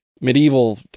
medieval